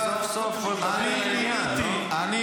סוף-סוף הוא מדבר לעניין, לא?